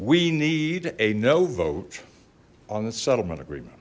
we need a no vote on the settlement agreement